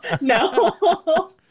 no